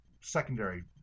secondary